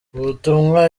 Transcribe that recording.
ubutumwa